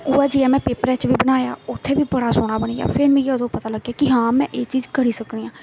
उ'यै जेहा में पेपरा च बी बनाया उत्थै बी बड़ा सोह्ना बनी गेआ फिर मिगी अदों पता लग्गेआ कि हां कि में एह् चीज करी सकनी आं